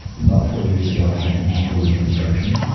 about four years ago i had an ankle reconstruction,